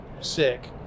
sick